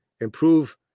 improve